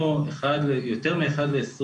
יותר מ-1 ל-20